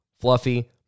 Fluffy